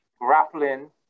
grappling